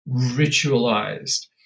ritualized